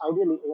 ideally